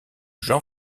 jean